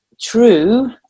true